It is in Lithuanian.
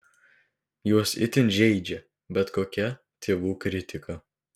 juos itin žeidžia bet kokia tėvų kritika